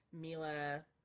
Mila